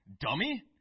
dummy